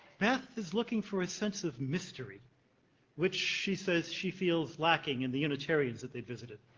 beth is looking for a sense of mystery which she says she feels lacking in the unitarians that they visited.